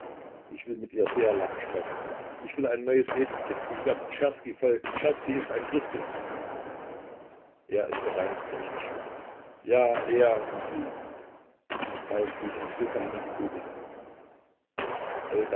ich will mit dir sehr lange sprechen ich will ein neues leben beginnen ich werde czerski folgen czerski ist ein christus er ist der reinste mensch ja er und du falk fiel ins sofa hin und grübelte